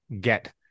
get